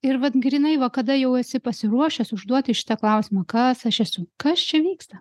ir vat grynai va kada jau esi pasiruošęs užduoti šitą klausimą kas aš esu kas čia vyksta